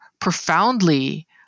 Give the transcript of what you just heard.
profoundly